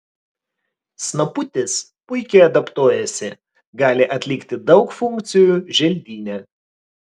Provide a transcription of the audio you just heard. snaputis puikiai adaptuojasi gali atlikti daug funkcijų želdyne